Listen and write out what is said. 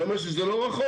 זה אומר שזה לא רחוק.